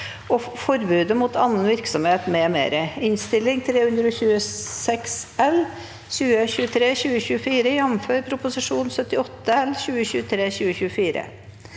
og forbudet mot annen virksomhet m.m.)